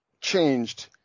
changed